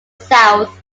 south